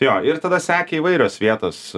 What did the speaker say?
jo ir tada sekė įvairios vietos